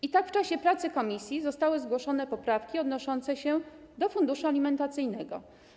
I tak w czasie pracy komisji zostały zgłoszone poprawki odnoszące się do funduszu alimentacyjnego.